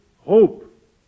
hope